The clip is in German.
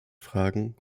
fragen